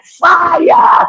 fire